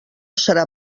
serà